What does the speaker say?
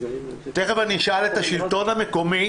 תיכף אני אשאל את השלטון המקומי,